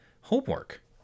homework